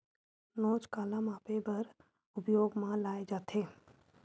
नोच काला मापे बर उपयोग म लाये जाथे?